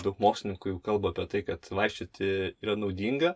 daug mokslininkų jau kalba apie tai kad vaikščioti yra naudinga